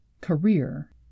Career